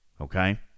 Okay